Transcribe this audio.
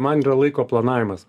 man yra laiko planavimas